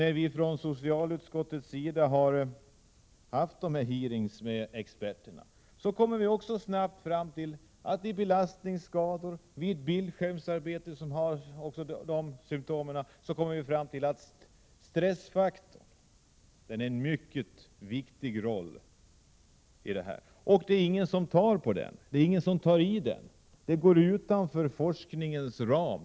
När vi i socialutskottet har haft hearings med experter, har vi snabbt kommit fram till att stressfaktorn spelar en mycket viktig roll vid belastningsskador, bildskärmsarbete osv.